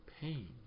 pain